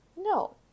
No